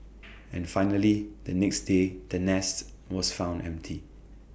and finally the next day the nest was found empty